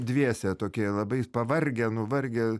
dviese tokie labai pavargę nuvargę